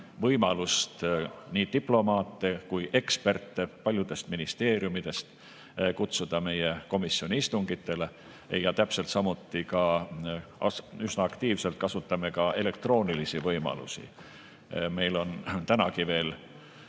võimalust nii diplomaate kui ka eksperte paljudest ministeeriumidest kutsuda meie komisjoni istungitele, samuti kasutame üsna aktiivselt elektroonilisi võimalusi. Meil on tänagi veel